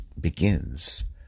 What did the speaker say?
begins